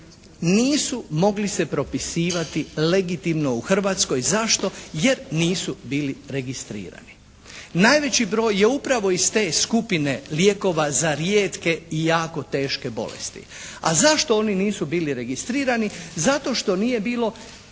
nisu mogli se propisivati legitimno u Hrvatskoj. Zašto? Jer nisu bili registrirani. Najveći broj je upravo iz te skupine lijekova za rijetke i jako teške bolesti. A zašto oni nisu bili registrirani? Zato što nije bilo